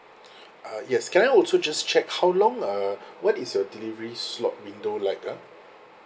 uh yes can I also just check how long uh what is your delivery slot window like ah